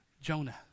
Jonah